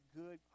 good